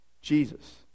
Jesus